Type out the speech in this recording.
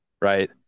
right